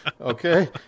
Okay